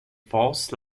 fourth